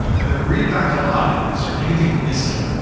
and then read it back aloud and is there anything missing?